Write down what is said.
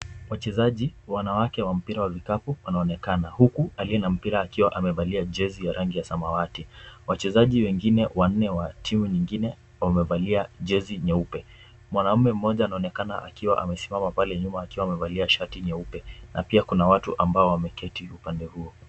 Wachezaji wanawake wa mpira wa vikapu anaonekana huku aliye na mpira akiwa amevalia jezi ya rangi ya samawati. Wachezaji wengine wanne wa timu nyingine wamevalia jezi nyeupe. Mwanamume mmoja anaonekana akiwa amesimama pale nyuma akiwa amevalia shati nyeupe na pia kuna watu ambao wameketi upande huo.